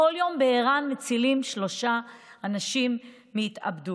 כל יום בער"ן מצילים שלושה אנשים מהתאבדות.